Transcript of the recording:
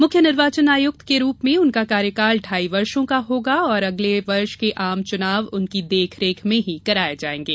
मुख्य निर्वाचन आयुक्त के रूप में उनका कार्यकाल ढाई वर्षों का होगा और अगले वर्ष के आम चुनाव उनकी देखरेख में ही कराए जाएंगे